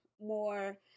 more